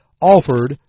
offered